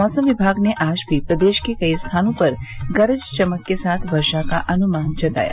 मौसम विभाग ने आज भी प्रदेश के कई स्थानों पर गरज चमक के साथ वर्षा का अन्मान जताया